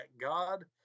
God